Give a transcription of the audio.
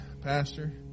Pastor